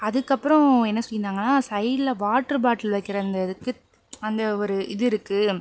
அதுக்கப்புறம் என்ன சொல்லிருந்தாங்கன்னால் சைடில் வாட்டருபாட்டில் வைக்கிற இந்த இதுக்கு அந்த ஒரு இது இருக்குது